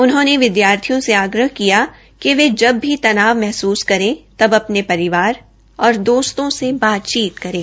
उन्होंने विद्यार्थियों से आग्रह किया कि वे जब भी तनाव महसूस करे तब अपने परिवार और दोस्तों से बातचीत करें